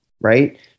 right